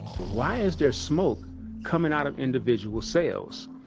why is there smoke coming out of individual cells?